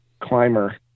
climber